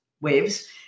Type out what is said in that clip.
waves